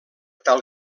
tal